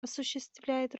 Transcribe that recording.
осуществляют